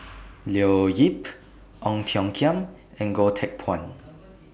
Leo Yip Ong Tiong Khiam and Goh Teck Phuan